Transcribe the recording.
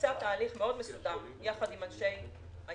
התבצע תהליך מאוד מסודר יחד עם אנשי ההסתדרות,